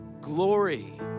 Glory